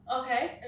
Okay